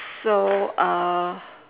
so uh